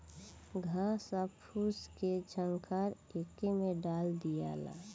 घास आ फूस के झंखार एके में डाल दियाला